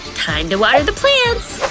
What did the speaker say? time to water the plants!